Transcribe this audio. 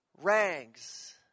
rags